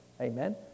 Amen